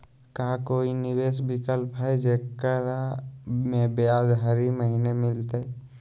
का कोई निवेस विकल्प हई, जेकरा में ब्याज हरी महीने मिलतई?